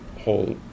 whole